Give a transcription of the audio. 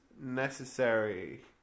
necessary